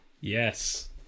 Yes